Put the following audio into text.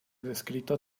descrito